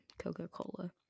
Coca-Cola